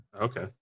Okay